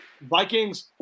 Vikings